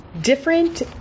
Different